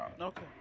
Okay